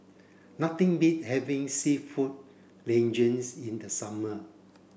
nothing beat having Seafood Linguine's in the summer